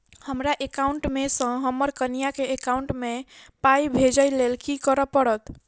हमरा एकाउंट मे सऽ हम्मर कनिया केँ एकाउंट मै पाई भेजइ लेल की करऽ पड़त?